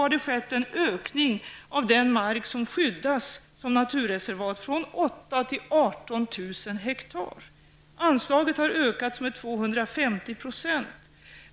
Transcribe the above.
Sedan 1982 har den mark som skyddas som naturreservat utökats från 8 000 till 18 000 hektar. Anslaget har ökats med 250 %.